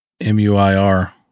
M-U-I-R